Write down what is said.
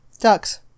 Ducks